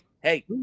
hey